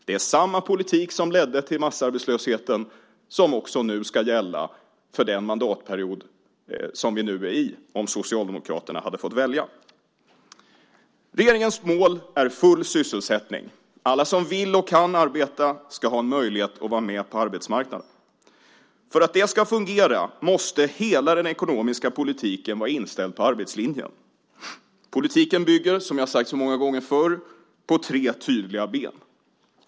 Det är samma politik som ledde till massarbetslösheten som också ska gälla för den mandatperiod vi nu är i, om Socialdemokraterna hade fått välja. Regeringens mål är full sysselsättning. Alla som vill och kan arbeta ska ha möjlighet att vara med på arbetsmarknaden. För att det ska fungera måste hela den ekonomiska politiken vara inställd på arbetslinjen. Politiken bygger, som jag har sagt så många gånger förr, på tre tydliga ben.